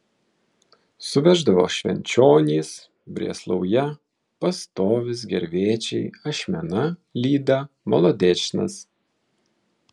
suveždavo švenčionys brėslauja pastovis gervėčiai ašmena lyda molodečnas